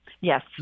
Yes